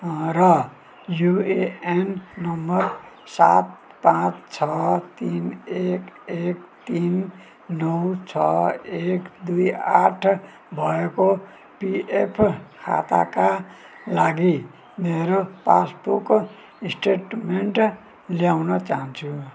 र UAN number सात पाँच छ तिन एक एक तिन नौ छ एक दुई आठ भएको पिएफ खाताका लागि मेरो पास बुक स्टेटमेन्ट ल्याउन चाहन्छु